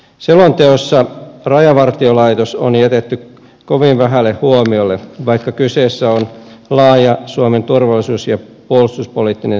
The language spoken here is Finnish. selonteossa rajavartiolaitos on jätetty kovin vähälle huomiolle vaikka kyseessä on laaja suomen turvallisuus ja puolustuspoliittinen selonteko